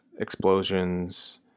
explosions